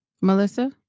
Melissa